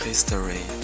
History